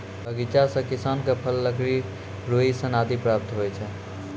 बगीचा सें किसान क फल, लकड़ी, रुई, सन आदि प्राप्त होय छै